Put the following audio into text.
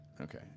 Okay